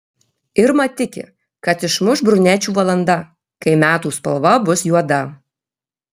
irma tiki kad išmuš brunečių valanda kai metų spalva bus juoda